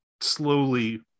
slowly